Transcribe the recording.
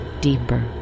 deeper